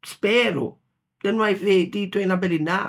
spero de no avei dito unna bellinâ.